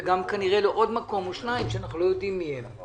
וגם כנראה לעוד מקום או שניים שאנחנו לא יודעים מי הם,